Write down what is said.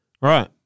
Right